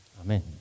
Amen